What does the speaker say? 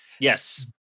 Yes